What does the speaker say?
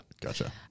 Gotcha